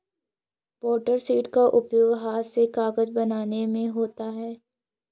blotter sheet का उपयोग हाथ से कागज बनाने में होता है